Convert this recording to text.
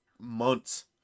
months